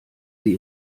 sie